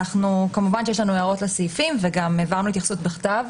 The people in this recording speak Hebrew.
כמובן שיש לנו הערות לסעיפים וגם העברנו התייחסות בכתב.